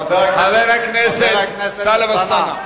חבר הכנסת טלב אלסאנע,